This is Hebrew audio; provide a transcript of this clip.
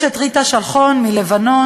יש את ריטה שלחון מלבנון,